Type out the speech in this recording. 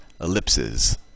ellipses